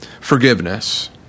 forgiveness